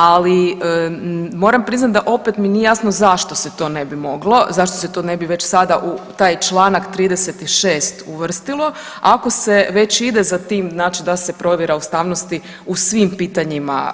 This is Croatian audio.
Ali moram priznati da opet mi nije jasno zašto se to ne bi moglo, zašto se to ne bi već sada u taj čl. 36. uvrstilo ako se već ide za tim znači da se provjera ustavnosti u svim pitanjima